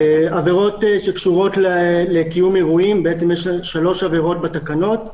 עבירות שקשורות לקיום אירועים יש שלוש עבירות בתקנות.